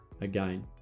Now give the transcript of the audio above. again